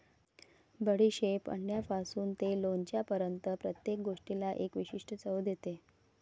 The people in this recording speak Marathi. बडीशेप अंड्यापासून ते लोणच्यापर्यंत प्रत्येक गोष्टीला एक विशिष्ट चव देते